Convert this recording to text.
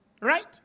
right